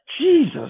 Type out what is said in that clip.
Jesus